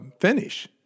finish